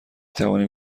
توانیم